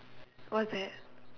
what's that